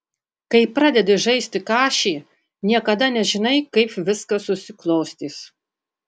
kai pradedi žaisti kašį niekada nežinai kaip viskas susiklostys